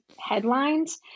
headlines